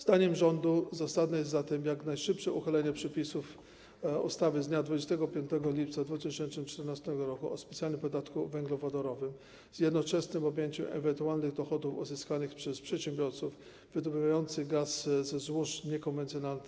Zdaniem rządu zasadne jest zatem jak najszybsze uchylenie przepisów ustawy z dnia 25 lipca 2014 r. o specjalnym podatku węglowodorowym z jednoczesnym objęciem ewentualnych dochodów uzyskanych przez przedsiębiorców wydobywających gaz ze złóż niekonwencjonalnych